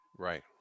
Right